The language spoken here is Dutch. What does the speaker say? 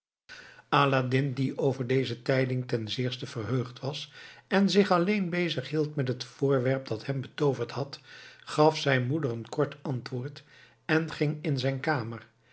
aladdin die over deze tijding ten zeerste verheugd was en zich alleen bezighield met het voorwerp dat hem betooverd had gaf zijn moeder een kort antwoord en ging in zijn kamer